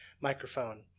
microphone